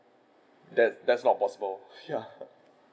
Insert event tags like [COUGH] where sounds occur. that that's not possible [LAUGHS] ya